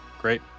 Great